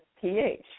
pH